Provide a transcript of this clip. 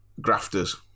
grafters